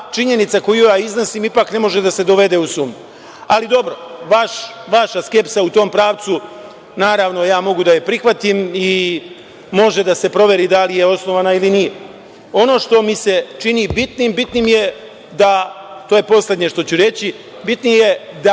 činjenica koju ja iznosim ipak ne može da se dovede u sumnju. Ali, dobro, vaša skepsa u tom pravcu, naravno ja mogu da je prihvatim, može da se proveri da li je osnovana ili nije. Ono što mi se čini bitnim, to je poslednje što ću reći, bitno je da